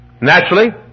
Naturally